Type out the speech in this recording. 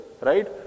right